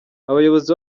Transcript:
abayobozi